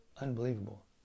unbelievable